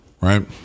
Right